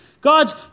God's